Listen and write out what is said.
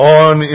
on